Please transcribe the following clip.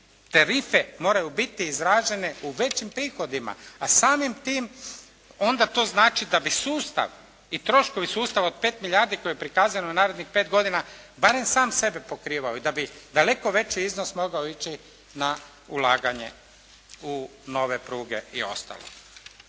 tarife moraju biti izražene u većim prihodima, a samim tim onda to znači da bi sustav i troškovi sustava od 5 milijardi koje je prikazano na narednih pet godina barem sam sebe pokrivao i da bi daleko veći iznos mogao ići na ulaganje u nove pruge i ostalo.